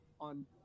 on